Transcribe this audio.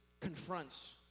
confronts